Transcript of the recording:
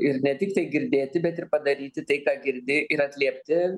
ir ne tiktai girdėti bet ir padaryti tai ką girdi ir atliepti